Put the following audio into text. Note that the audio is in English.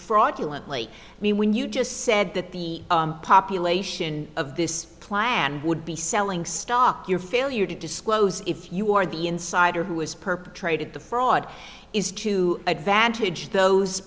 fraudulently i mean when you just said that the population of this plan would be selling stock your failure to disclose if you are the insider who has perpetrated the fraud is to advantage those